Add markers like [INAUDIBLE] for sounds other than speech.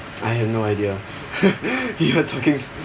I have no idea [LAUGHS] you were talking